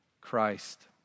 Christ